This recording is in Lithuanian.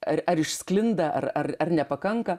ar ar išsklinda ar ar ar nepakanka